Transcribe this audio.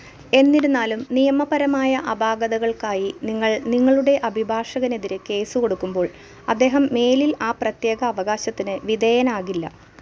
എന്നിരുന്നാലും നിയമപരമായ അപാകതകൾക്കായി നിങ്ങൾ നിങ്ങളുടെ അഭിഭാഷകനെതിരെ കേസ് കൊടുക്കുമ്പോൾ അദ്ദേഹം മേലിൽ ആ പ്രത്യേക അവകാശത്തിന് വിധേയനാകില്ല